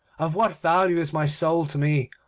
of what value is my soul to me?